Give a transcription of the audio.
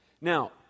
Now